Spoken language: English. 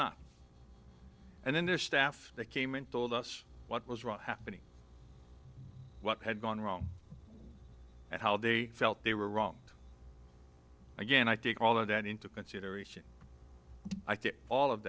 not and then their staff that came and told us what was wrong happening what had gone wrong and how they felt they were wrong again i think all of that into consideration i think all of